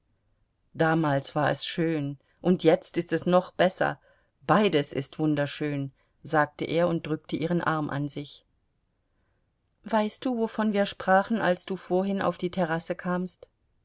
damals war es schön und jetzt ist es noch besser beides ist wunderschön sagte er und drückte ihren arm an sich weißt du wovon wir sprachen als du vorhin auf die terrasse kamst